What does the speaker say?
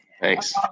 Thanks